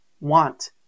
want